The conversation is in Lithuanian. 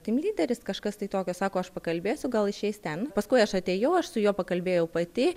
timlyderis kažkas tai tokio sako aš pakalbėsiu gal išeis ten paskui aš atėjau aš su juo pakalbėjau pati